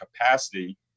capacity